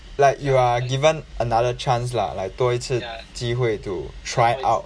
like you are given another chance lah like 多次机会 to try out